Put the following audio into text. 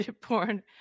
Porn